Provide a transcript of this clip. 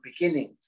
beginnings